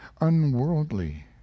unworldly